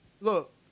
Look